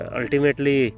ultimately